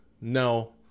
no